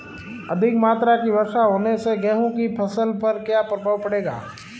अधिक मात्रा की वर्षा होने से गेहूँ की फसल पर क्या प्रभाव पड़ेगा?